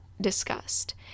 discussed